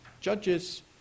judges